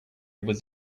was